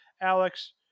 Alex